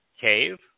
cave